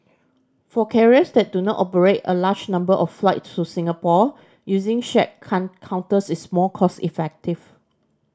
for carriers that do not operate a large number of flights to Singapore using shared counters is more cost effective